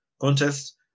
contest